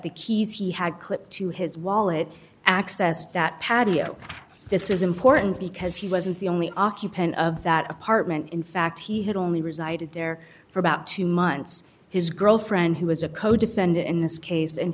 the keys he had clipped to his wallet access that patio this is important because he wasn't the only occupant of that apartment in fact he had only resided there for about two months his girlfriend who was a codefendant in this case and